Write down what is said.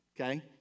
Okay